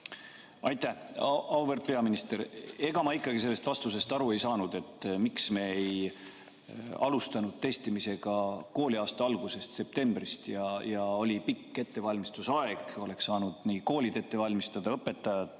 Aitäh! Auväärt peaminister! Ega ma ikkagi sellest vastusest aru ei saanud, miks me ei alustanud testimist kooliaasta alguses, septembris. Oli ju pikk ettevalmistusaeg, oleks saanud koolid ette valmistada – õpetajad,